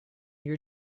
your